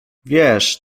wiesz